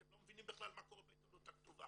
אתם לא מבינים בכלל מה קורה בעיתונות הכתובה.